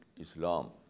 Islam